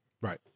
Right